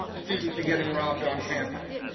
students are getting robbed on campus.